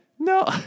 No